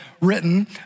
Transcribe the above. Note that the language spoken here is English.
written